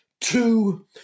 two